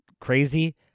crazy